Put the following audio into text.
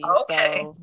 Okay